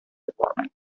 department